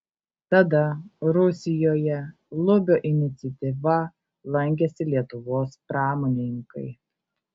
tada rusijoje lubio iniciatyva lankėsi lietuvos pramonininkai